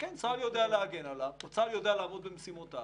שצה"ל יודע להגן עליו או שצה"ל יודע לעמוד במשימותיו,